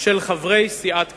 של חברי סיעת קדימה.